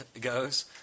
goes